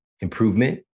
improvement